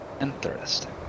Interesting